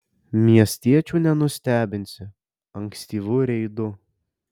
miestiečių nenustebinsi ankstyvu reidu